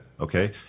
Okay